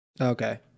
Okay